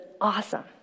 awesome